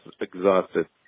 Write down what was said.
exhausted